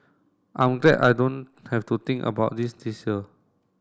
I'm glad I don't have to think about it this year